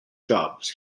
jobs